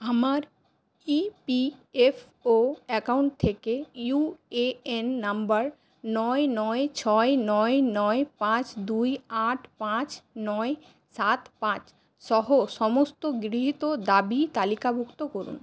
আমার E P F O account থেকে U A N number নয় নয় ছয় নয় নয় পাঁচ দুই আট পাঁচ নয় সাত পাঁচ সহ সমস্ত গৃহীত দাবি তালিকাভুক্ত করুন